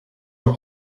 were